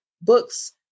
books